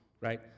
right